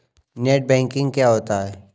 Net banking क्या होता है?